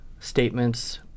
statements